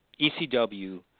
ECW